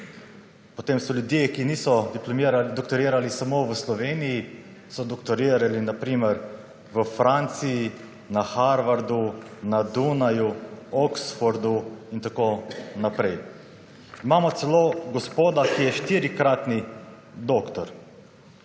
potem so ljudje, ki niso doktorirali samo v Sloveniji, so doktorirali na primer v Franciji, na Harvardu, na Dunaju, Oxfordu in tako naprej. Imamo celo gospoda, ki je štirikratni doktor.